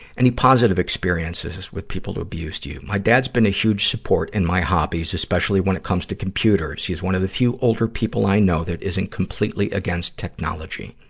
any positive experiences with people who've abused you? my dad's been a huge support in my hobbies, especially when it comes to computers. he's one of the few older people i know that isn't completely against technology.